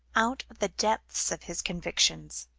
out of the depths of his convictions.